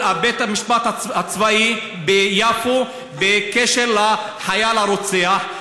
בית-המשפט הצבאי ביפו בקשר לחייל הרוצח.